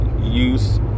use